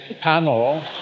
panel